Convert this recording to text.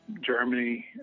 Germany